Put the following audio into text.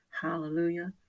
Hallelujah